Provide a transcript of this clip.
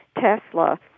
Tesla